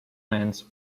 lands